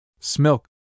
Smilk